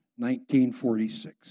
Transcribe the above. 1946